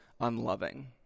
unloving